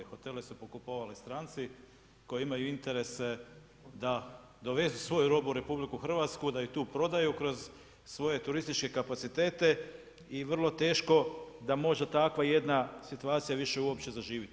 Hotele su pokupovali stranci koji imaju interese da dovezu svoju robu u RH, da ih tu prodaju kroz svoje turističke kapacitete i vrlo teško da možda takva jedna situacija više uopće zaživiti.